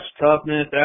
toughness